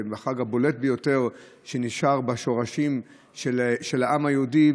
החג הבולט ביותר שנשאר בשורשים של העם היהודי,